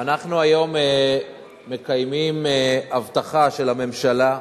היום מקיימים הבטחה של הממשלה,